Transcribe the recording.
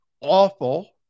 awful